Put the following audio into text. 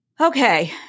Okay